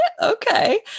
okay